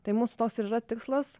tai mūsų toks ir yra tikslas